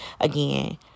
again